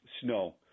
snow